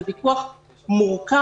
זה ויכוח מורכב.